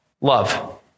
Love